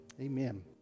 Amen